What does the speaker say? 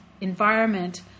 environment